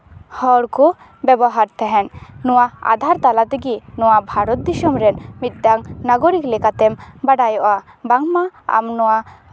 ᱦᱚᱲ ᱠᱚ ᱵᱮᱵᱚᱦᱟᱨ ᱛᱟᱦᱮᱱ ᱱᱚᱣᱟ ᱟᱫᱦᱟᱨ ᱛᱟᱞᱟ ᱛᱮᱜᱮ ᱱᱚᱣᱟ ᱵᱷᱟᱨᱚᱛ ᱫᱤᱥᱚᱢ ᱨᱮᱱ ᱢᱤᱫᱴᱟᱱ ᱱᱟᱜᱚᱨᱤᱠ ᱞᱮᱠᱟᱛᱮᱢ ᱵᱟᱲᱟᱭᱚᱜᱼᱟ ᱵᱟᱝᱢᱟ ᱟᱢ ᱱᱚᱣᱟ